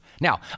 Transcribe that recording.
Now